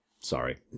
Sorry